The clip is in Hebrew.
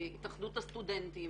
התאחדות הסטודנטים,